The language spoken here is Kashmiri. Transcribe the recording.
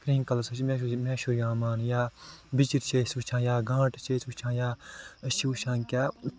کرہٕنۍ کَلَر سۭتۍ چھِ مہشوٗر یِوان مانٛنہٕ یا بِچِرۍ چھِ أسۍ وُچھان یا گانٹہٕ چھِ أسۍ وُچھان یا أسۍ چھِ وُچھان کیٛاہ